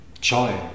joy